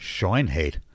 Shinehead